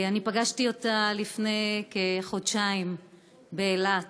פגשתי אותה לפני כחודשיים באילת.